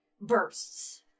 bursts